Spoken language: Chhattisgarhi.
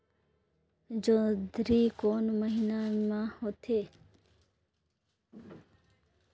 जोंदरी कोन महीना म होथे?